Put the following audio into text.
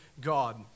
God